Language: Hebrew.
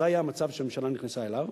זה המצב שהממשלה נכנסה אליו,